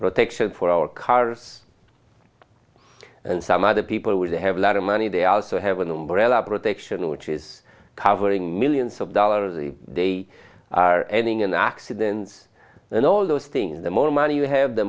protection for our cars and some other people who they have a lot of money they also have an umbrella protection which is covering millions of dollars they are ending in accidents and all those things the more money you have the